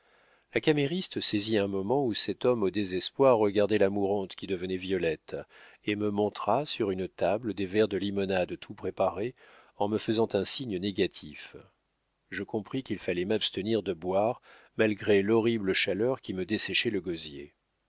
la camériste saisit un moment où cet homme au désespoir regardait la mourante qui devenait violette et me montra sur une table des verres de limonade tout préparés en me faisant un signe négatif je compris qu'il fallait m'abstenir de boire malgré l'horrible chaleur qui me desséchait le gosier